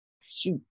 Shoot